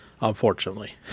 unfortunately